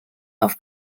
auf